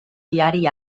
diari